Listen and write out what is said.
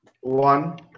one